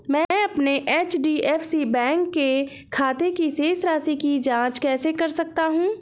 मैं अपने HDFC bank के खाते की शेष राशि की जाँच कैसे कर सकता हूँ?